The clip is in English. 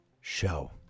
show